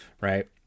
right